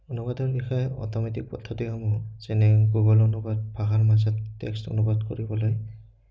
অনুবাদৰ বিষয়ে অটমেটিক পদ্ধতিসমূহ যেনে গুগল অনুবাদ ভাষাৰ মাজত টেক্সট অনুবাদ কৰিবলৈ